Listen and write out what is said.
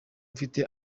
mfite